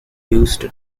used